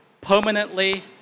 permanently